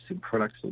products